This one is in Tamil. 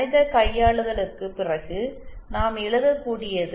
கணித கையாளுதலுக்குப் பிறகு நாம் எழுதக்கூடியது